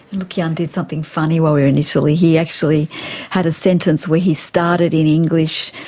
lukian did something funny while we were in italy he actually had a sentence where he started in english,